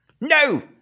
No